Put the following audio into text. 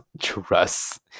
trust